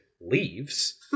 leaves